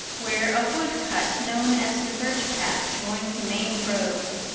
where a wood cut known as the birch path joined the main road.